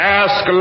ask